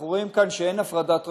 אנחנו רואים כאן שאין הפרדת רשויות.